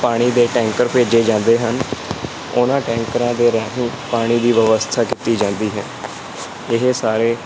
ਪਾਣੀ ਦੇ ਟੈਂਕਰ ਭੇਜੇ ਜਾਂਦੇ ਹਨ ਉਹਨਾਂ ਟੈਂਕਰਾਂ ਦੇ ਰਾਹੀਂ ਪਾਣੀ ਦੀ ਵਿਵਸਥਾ ਕੀਤੀ ਜਾਂਦੀ ਹੈ ਇਹ ਸਾਰੇ